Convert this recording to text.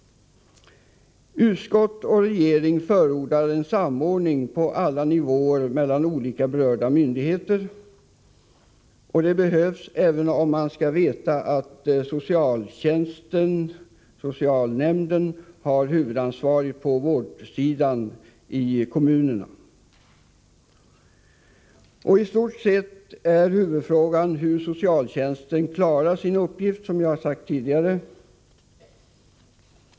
Utskottet och regeringen förordar en samordning på alla nivåer mellan olika berörda myndigheter. Det behövs, även om man skall veta att socialtjänsten och socialnämnden har huvudansvaret på vårdsidan i kommunerna. I stort sett är huvudfrågan hur socialtjänsten skall klara sin uppgift.